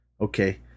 okay